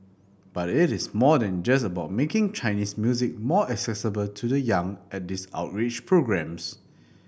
but it is more than just about making Chinese music more accessible to the young at these outreach programmes